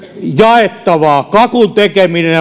jaettavaa kakun tekeminen